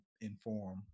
inform